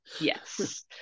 Yes